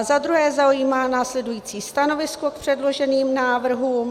Za druhé zaujímá následující stanovisko k předloženým návrhům.